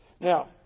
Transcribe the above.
Now